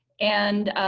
and